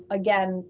again,